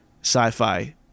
sci-fi